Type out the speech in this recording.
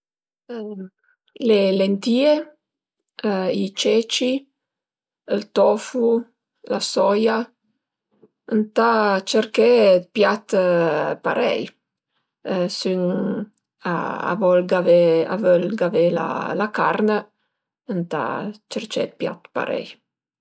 Le lentìe, i ceci, ël tofu, la soia, ëntà cërché piat parei s'ün a vol a völ gavé la carn ëntà cërché piat parei